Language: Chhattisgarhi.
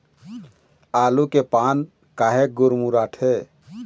आलू के पान काहे गुरमुटाथे?